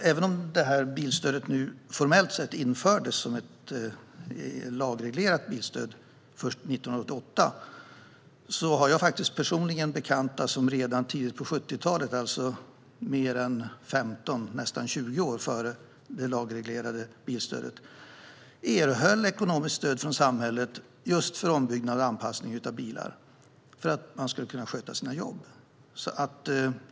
Även om detta bilstöd formellt sett infördes som ett lagreglerat bilstöd först 1988 har jag personligen bekanta som redan tidigt på 1970-talet - nästan 20 år före det lagreglerade bilstödet - erhöll ekonomiskt stöd från samhället just för ombyggnad och anpassning av bilar för att de skulle kunna sköta sina jobb.